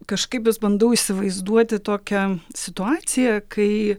kažkaip vis bandau įsivaizduoti tokią situaciją kai